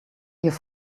your